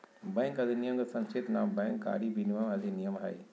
bank अधिनयम के संक्षिप्त नाम बैंक कारी विनयमन अधिनयम हइ